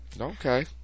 Okay